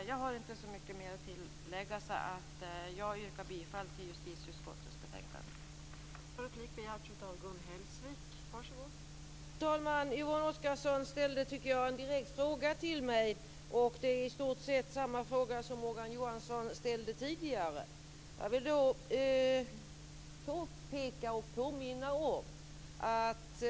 Jag har inte så mycket mer att tillägga utan yrkar bifall till hemställan i justitieutskottets betänkande 7.